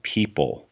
People